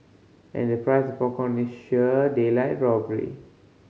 and the price popcorn is sheer daylight robbery